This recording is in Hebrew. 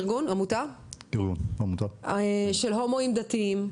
עמותה של הומואים דתיים,